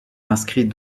inscrit